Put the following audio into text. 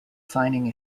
signing